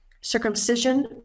circumcision